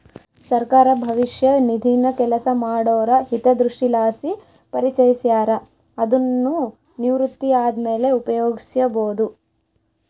ಸರ್ಕಾರ ಭವಿಷ್ಯ ನಿಧಿನ ಕೆಲಸ ಮಾಡೋರ ಹಿತದೃಷ್ಟಿಲಾಸಿ ಪರಿಚಯಿಸ್ಯಾರ, ಅದುನ್ನು ನಿವೃತ್ತಿ ಆದ್ಮೇಲೆ ಉಪಯೋಗ್ಸ್ಯಬೋದು